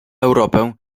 europę